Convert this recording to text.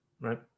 Right